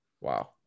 Wow